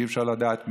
ואי-אפשר לדעת מי,